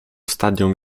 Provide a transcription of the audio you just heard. stadium